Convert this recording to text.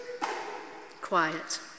Quiet